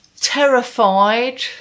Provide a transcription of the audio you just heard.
terrified